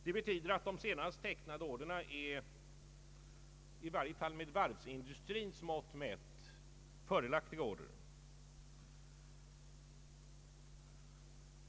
Det betyder att de senast tecknade orderna är, i varje fall med varvsindustrins mått mätt, fördelaktiga order.